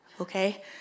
okay